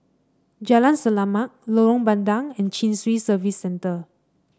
Jalan Selamat Lorong Bandang and Chin Swee Service Centre